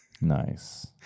Nice